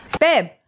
babe